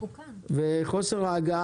חוסר ההגעה